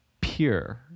pure